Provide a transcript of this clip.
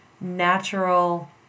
natural